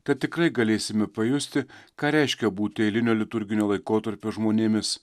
tad tikrai galėsime pajusti ką reiškia būti eilinio liturginio laikotarpio žmonėmis